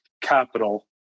capital